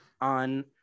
on